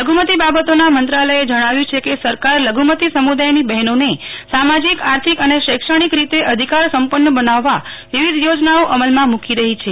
લઘુમતિ બાબતોના મંત્રાલયે જણાવ્યું છે કે સરકાર લઘુમતી સમુદાયની બેહનોને સામાજીક આર્થિક અને શૈક્ષણિક રીતે અધિકાર સંપન્ન બનાવવા વિવિધ યોજનાઓ અમલમાં મૂકી રહી છે